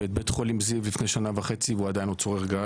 את בית חולים זיו לפני שנה וחצי והוא עדיין לא צורך גז.